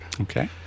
Okay